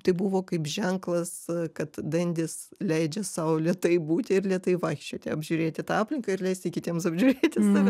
tai buvo kaip ženklas kad dandys leidžia sau lėtai būti ir lėtai vaikščioti apžiūrėti tą aplinką ir leisti kitiems apžiūrėti save